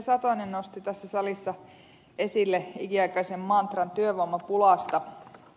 satonen nosti tässä salissa esille ikiaikaisen mantran työvoimapulasta